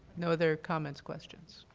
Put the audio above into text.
no other comments, questions?